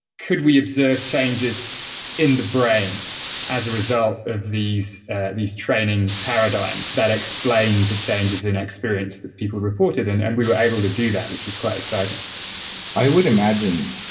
could we observe changes in the brain as a result of these these training paradigms that explain the changes in experience that people reported? and and we were able to do that, which was quite exciting i would imagine.